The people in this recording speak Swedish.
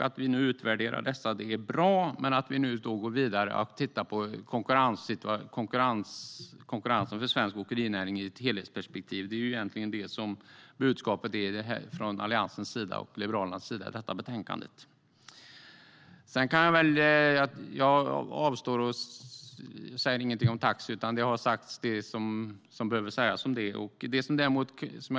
Att vi nu utvärderar dessa är bra, men vi måste också gå vidare och titta på konkurrenssituationen för svensk åkerinäring i ett helhetsperspektiv. Detta är egentligen budskapet från Alliansens och Liberalernas sida i detta betänkande. Jag avstår från att säga någonting om taxi, för det som behöver sägas om det har redan sagts.